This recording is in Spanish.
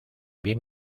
bien